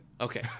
Okay